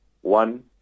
One